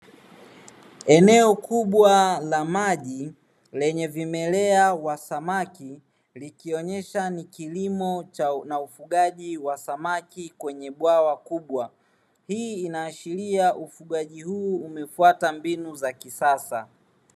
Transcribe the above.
Eneo kubwa la maji lenye vimelea wa samaki likionyesha ni kilimo na ufugaji wa samaki kwenye bwawa kubwa. Hii inaashiria ufugaji huu umefuata mbinu za kisasa.